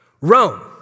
Rome